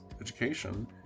education